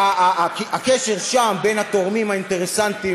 הקשר שם בין התורמים האינטרסנטים,